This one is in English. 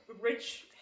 rich